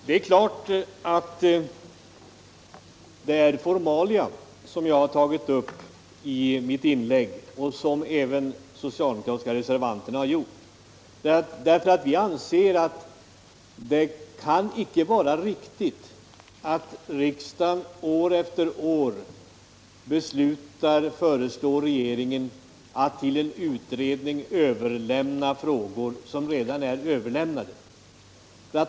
Herr talman! Ja, visst är det formalia som jag tagit upp i mitt inlägg, liksom de socialdemokratiska reservanterna. Vi anser att det icke kan vara riktigt att riksdagen år efter år beslutar föreslå regeringen att till en utredning överlämna frågor som redan är överlämnade.